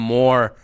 more